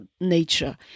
nature